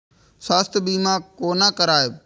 स्वास्थ्य सीमा कोना करायब?